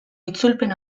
itzulpen